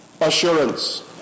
assurance